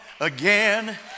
again